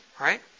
right